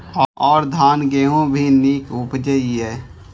और धान गेहूँ भी निक उपजे ईय?